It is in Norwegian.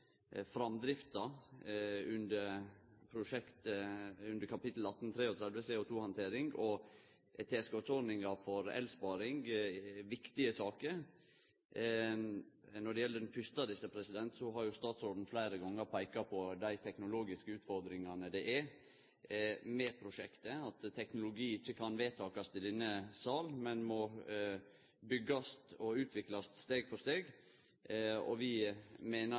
framdrifta under kap. 1833 CO2-handtering og tilskottsordninga for elsparing viktige saker. Når det gjeld den fyrste av desse, har statsråden fleire gonger peika på dei teknologiske utfordringane det er med prosjektet. Teknologi kan ikkje vedtakast i denne salen, men må byggjast og utviklast steg for steg, og vi meiner